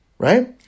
Right